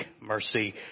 mercy